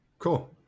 Cool